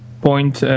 point